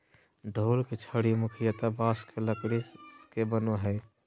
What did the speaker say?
ढोल के छड़ी मुख्यतः बाँस के लकड़ी के बनो हइ